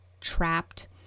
trapped